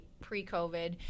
pre-COVID